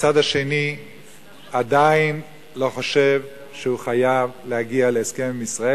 הצד השני עדיין לא חושב שהוא חייב להגיע להסכם עם ישראל.